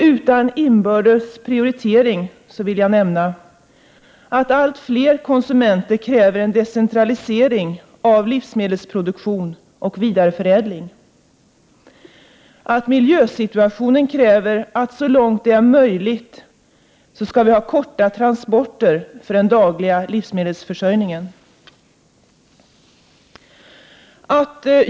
Utan inbördes prioritering vill jag nämna följande punkter: + Allt fler konsumenter kräver en decentralisering av livsmedelsproduktion och vidareförädling. + Miljösituationen kräver, så långt det är möjligt, att vi skall ha korta transporter för den dagliga livsmedelsförsörjningen.